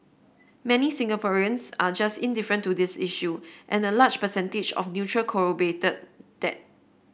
many Singaporeans are just indifferent to this issue and the large percentage of neutral corroborated that